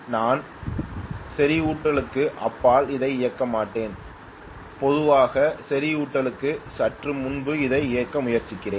நான் செறிவூட்டலுக்கு அப்பால் அதை இயக்க மாட்டேன் பொதுவாக செறிவூட்டலுக்கு சற்று முன்பு அதை இயக்க முயற்சிப்பேன்